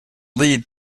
lead